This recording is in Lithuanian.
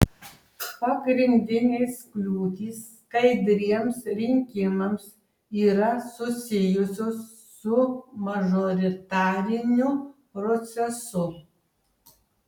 pagrindinės kliūtys skaidriems rinkimams yra susijusios su mažoritariniu procesu